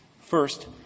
First